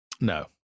No